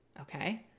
Okay